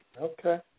Okay